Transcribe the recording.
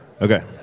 Okay